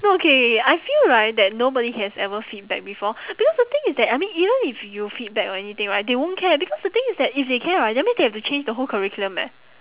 no K K K I feel right that nobody has ever feedback before because the thing is that I mean even if you feedback or anything right they won't care because the thing is that if they care right that means they have to change the whole curriculum leh